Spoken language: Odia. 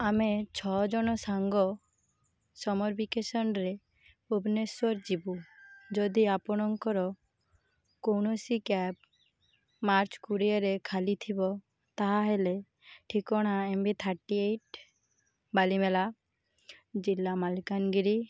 ଆମେ ଛଅ ଜଣ ସାଙ୍ଗ ସମର୍ ଭ୍ୟାକେସନ୍ରେ ଭୁବନେଶ୍ୱର ଯିବୁ ଯଦି ଆପଣଙ୍କର କୌଣସି କ୍ୟାବ୍ ମାର୍ଚ୍ଚ କୋଡ଼ିଏରେ ଖାଲି ଥିବ ତା'ହେଲେ ଠିକଣା M B thirty eight Balimela ଜିଲ୍ଲା ମାଲକାନଗିରି